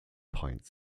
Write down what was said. point